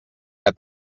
que